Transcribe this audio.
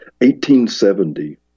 1870